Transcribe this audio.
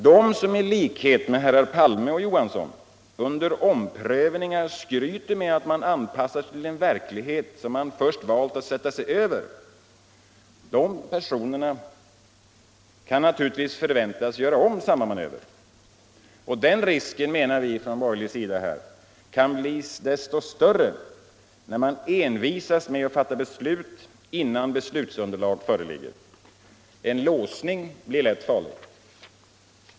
Personer som i likhet med herrar Palme och Johansson under omprövningar skryter med att man anpassar sig till en verklighet som man först valt att sätta sig över kan naturligtvis förväntas göra om samma manöver. Den risken kan, menar vi från borgerlig sida, bli desto större när man envisas med att fatta beslut innan beslutsunderlag föreligger. En låsning blir lätt farlig.